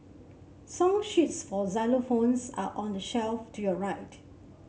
song sheets for xylophones are on the shelf to your right